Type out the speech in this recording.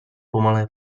pomalé